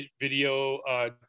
video –